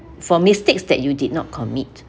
for mistakes that you did not commit